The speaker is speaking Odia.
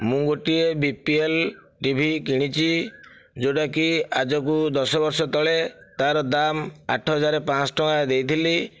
ମୁଁ ଗୋଟିଏ ବିପିଏଲ ଟିଭି କିଣିଛି ଯେଉଁଟାକି ଆଜକୁ ଦଶ ବର୍ଷ ତଳେ ତା'ର ଦାମ ଆଠହଜାର ପାଞ୍ଚଶହ ଟଙ୍କା ଦେଇଥିଲି